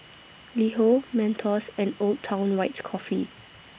LiHo Mentos and Old Town White Coffee